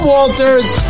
Walters